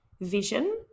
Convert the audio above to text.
vision